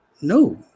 no